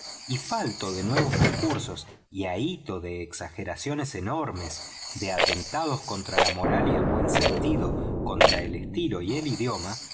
y falto de nuevos recursos y ahito de exageraciones enormes de atentados contra la moral y el buen sentido contra el estilo y el